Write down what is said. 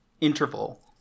interval